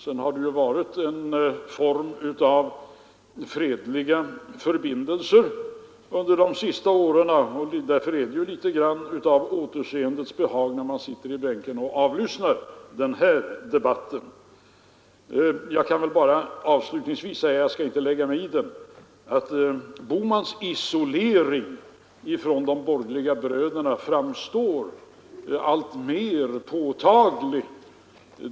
Sedan har det varit en form av fredliga förbindelser under de senaste åren. Därför är det litet av återseendets behag när vi sitter i bänkarna och avlyssnar denna debatt. Jag skall inte lägga mig närmare i det, men jag måste säga att herr Bohmans isolering från de borgerliga bröderna framstår som alltmer påtaglig.